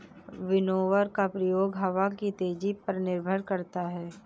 winnower का प्रयोग हवा की तेजी पर निर्भर करता है